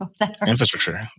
infrastructure